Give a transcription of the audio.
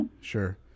sure